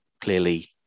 clearly